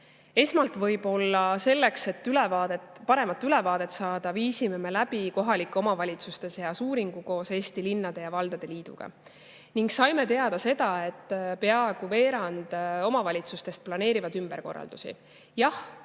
Esmalt, selleks, et paremat ülevaadet saada, viisime me läbi kohalike omavalitsuste seas uuringu koos Eesti Linnade ja Valdade Liiduga ning saime teada seda, et peaaegu veerand omavalitsustest planeerivad ümberkorraldusi. Jah,